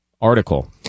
article